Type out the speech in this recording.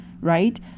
right